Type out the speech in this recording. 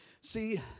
See